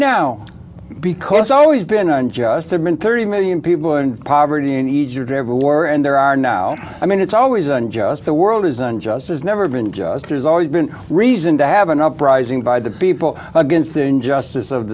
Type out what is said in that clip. now because it's always been on just have been thirty million people in poverty in egypt every war and there are now i mean it's always unjust the world is unjust there's never been there's always been reason to have an uprising by the people against the injustice of